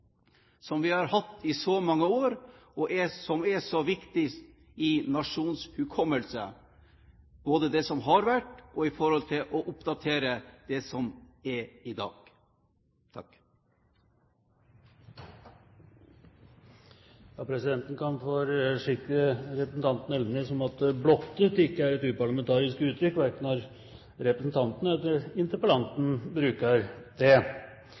som vi har hatt i så mange år, og som er så viktig for nasjonens hukommelse, både for det som har vært, og for å oppdatere det som er i dag? Presidenten kan forsikre representanten Elvenes om at «blottet» ikke er et uparlamentarisk uttrykk, verken når representanten eller interpellanten bruker det.